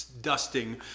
dusting